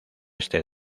este